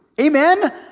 Amen